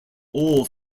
all